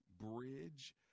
bridge